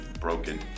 broken